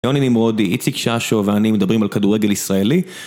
יוני נמרודי, איציק ששו ואני מדברים על כדורגל ישראלי